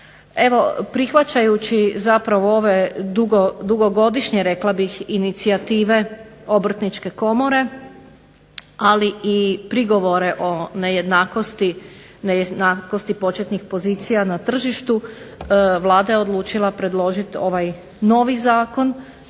Prihvaćajući dugogodišnje inicijative obrtničke komore ali i prigovore o nejednakosti početnih pozicija na tržištu, Vlada je odlučila predložiti ovaj novi Zakon